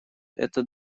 это